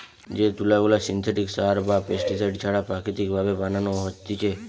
যে তুলা গুলা সিনথেটিক সার বা পেস্টিসাইড ছাড়া প্রাকৃতিক ভাবে বানানো হতিছে